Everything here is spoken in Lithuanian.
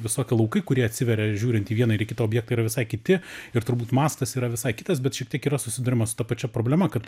visokie laukai kurie atsiveria žiūrint į vieną ir į kitą objektą yra visai kiti ir turbūt mastas yra visai kitas bet šiek tiek yra susiduriama su ta pačia problema kad